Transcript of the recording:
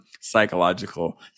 psychological